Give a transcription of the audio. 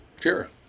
Sure